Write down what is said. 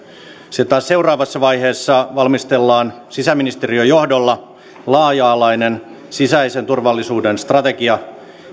sitten taas seuraavassa vaiheessa valmistellaan sisäministeriön johdolla laaja alainen sisäisen turvallisuuden strategia